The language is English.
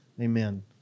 Amen